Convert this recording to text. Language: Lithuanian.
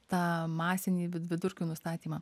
tą masinį vid vidurkių nustatymą